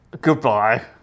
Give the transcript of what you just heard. Goodbye